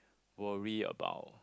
worry about